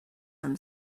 from